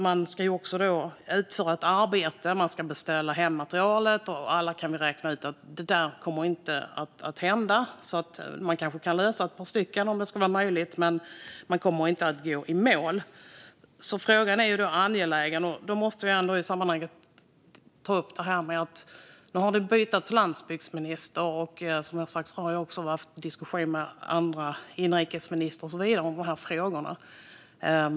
Man ska dock utföra ett arbete och beställa hem materialet. Vi kan alla räkna ut att detta inte kommer att hända. Det kanske kan vara möjligt att lösa det för ett par stycken, men man kommer inte att gå i mål. Frågan är alltså angelägen. Vi måste ändå i sammanhanget ta upp att det nu har bytts landsbygdsminister, och vi har, som har sagts, också haft diskussioner med andra, bland annat inrikesministern, om dessa frågor.